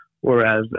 Whereas